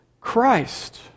Christ